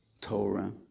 Torah